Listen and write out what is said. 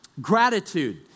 Gratitude